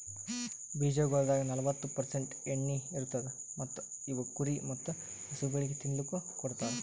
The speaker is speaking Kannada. ಬೀಜಗೊಳ್ದಾಗ್ ನಲ್ವತ್ತು ಪರ್ಸೆಂಟ್ ಎಣ್ಣಿ ಇರತ್ತುದ್ ಮತ್ತ ಇವು ಕುರಿ ಮತ್ತ ಹಸುಗೊಳಿಗ್ ತಿನ್ನಲುಕ್ ಕೊಡ್ತಾರ್